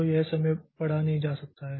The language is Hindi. तो ये समय पढ़ा नहीं जा सकता